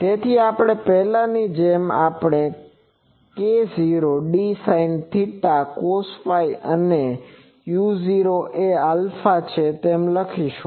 તેથી પહેલાની જેમ આપણે k0d sinθ cosϕ અને u0 એ α છે એમ લખીશું